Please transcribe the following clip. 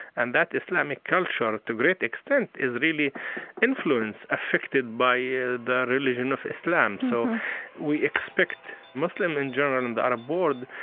and that islamic culture, to a great extent, is really influenced, affected by yeah the religion of islam. so we expect, muslim in general in the arab world,